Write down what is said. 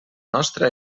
nostra